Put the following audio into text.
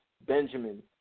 Benjamin